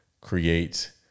create